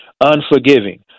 unforgiving